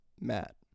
Matt